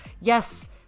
yes